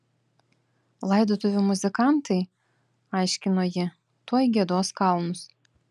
laidotuvių muzikantai aiškino ji tuoj giedos kalnus